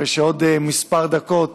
אני מקווה שעוד כמה דקות